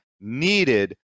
needed